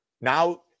now